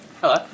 Hello